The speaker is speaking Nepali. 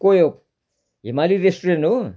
को यो हिमाली रेस्टुरेन्ट हो